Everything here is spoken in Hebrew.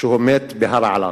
שהוא מת בהרעלה,